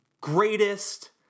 greatest